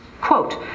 quote